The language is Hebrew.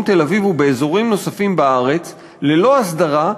תל-אביב ובאזורים נוספים בארץ ללא הסדרה,